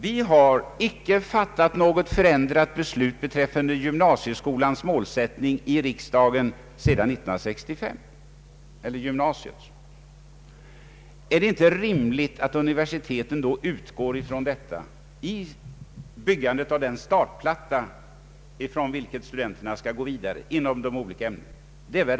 Vi har i riksdagen icke fattat något förändrat beslut beträffande gymnasiets målsättning sedan 1965. Är det inte rimligt att universiteten då utgår från detta vid byggandet av den startplatta från vilken studenterna skall gå vidare inom de olika ämnena?